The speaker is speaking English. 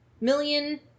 million